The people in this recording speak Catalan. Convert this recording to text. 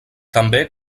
també